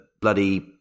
bloody